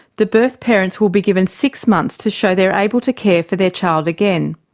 the birth parents will be given six months to show they're able to care for their child again.